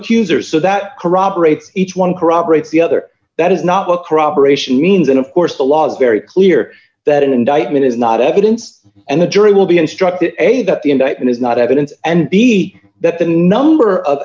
accusers so that corroborate each one corroborates the other that is not what corroboration means and of course the law is very clear that an indictment is not evidence and a jury will be instructed a that the indictment is not evidence and b that the number of